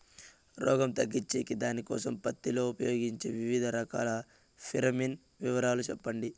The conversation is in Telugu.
రోగం తగ్గించేకి దానికోసం పత్తి లో ఉపయోగించే వివిధ రకాల ఫిరోమిన్ వివరాలు సెప్పండి